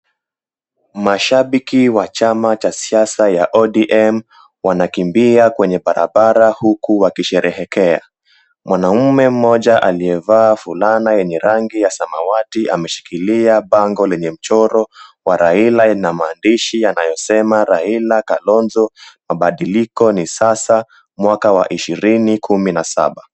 Mashabiki wa chama cha siasa ya ODM wanakimbia kwenye barabara huku wakisherehekea. Mwanaume mmoja aliyevaa fulana yenye rangi ya samakilia bango lenye mchoro wa Raila na maandishi yanayosema Raila, Kalonzo, mabadiliko ni sasa mwaka wa 2017.